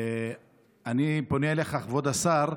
ואני פונה אליך, כבוד השר: